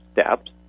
steps